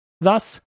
Thus